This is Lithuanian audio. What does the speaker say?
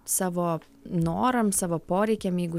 savo noram savo poreikiam jeigu